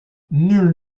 nul